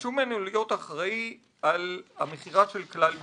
כשביקשו ממנו להיות אחראי על המכירה של כלל ביטוח,